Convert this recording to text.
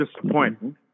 disappointing